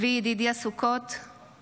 החוץ והביטחון וועדת חוקה,